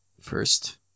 First